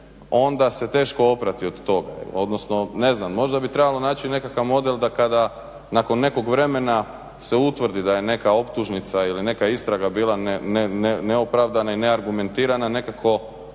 onda se teško oprati od toga. Odnosno, ne znam, možda bi trebalo naći nekakav model da kada nakon nekog vremena se utvrdi da je neka optužnica ili neka istraga bila neopravdana i neargumentirana, nekako